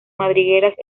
madrigueras